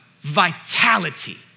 vitality